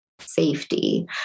safety